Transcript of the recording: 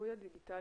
הזיהוי הדיגיטלי,